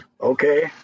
okay